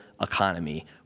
economy